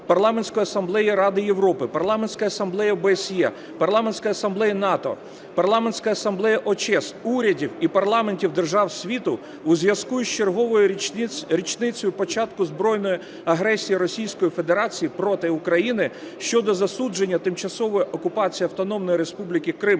Парламентської Асамблеї Ради Європи, Парламентської Асамблеї ОБСЄ, Парламентської Асамблеї НАТО, Парламентської Асамблеї ОЧЕС, урядів і парламентів держав світу у зв'язку з черговою річницею початку збройної агресії Російської Федерації проти України, щодо засудження тимчасової окупації Автономної Республіки Крим